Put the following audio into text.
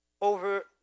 over